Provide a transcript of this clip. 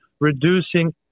reducing